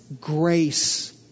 grace